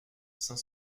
cinq